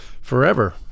forever